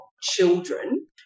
children